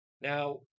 Now